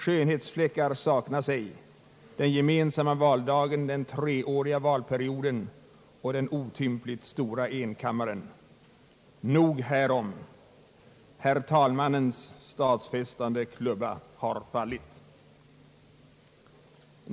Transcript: Skönhetsfläckar saknas ej — den gemensamma valdagen, den treåriga valperioden och den otympligt stora kammaren. Nog därom. Herr talmannens stadfästande klubba har fallit.